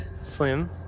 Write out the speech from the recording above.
Slim